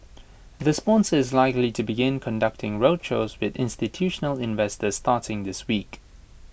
the sponsor is likely to begin conducting roadshows with institutional investors starting this week